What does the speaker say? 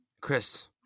Chris